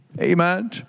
Amen